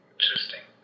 Interesting